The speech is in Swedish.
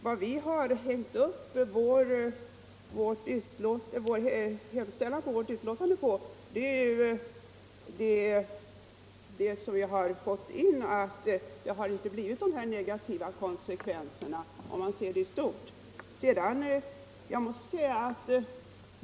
Vad vi har hängt upp vår hemställan i betänkandet på är de uppgifter vi fått att det inte blivit några negativa konsekvenser, om man ser det i stort.